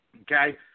Okay